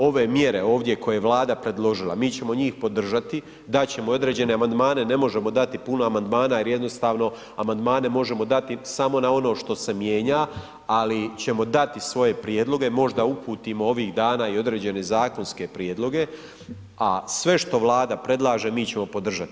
Ove mjere ovdje koje je Vlada predložila, mi ćemo njih podržati, dat ćemo i određene amandmane, ne možemo dati puno amandmana jer jednostavno amandmane možemo dati samo na ono što se mijenja, ali ćemo dati svoje prijedloge, možda uputimo ovih dana i određene zakonske prijedloge, a sve što Vlada predlaže mi ćemo podržati.